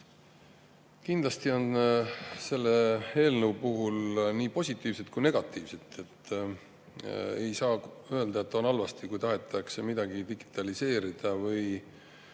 Kindlasti on selles eelnõus nii positiivset kui ka negatiivset. Ei saa öelda, et on halb, kui tahetakse midagi digitaliseerida või